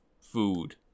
food